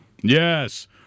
Yes